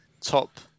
top